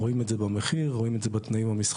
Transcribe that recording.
רואים את זה במחיר, רואים את זה בתנאים המסחריים.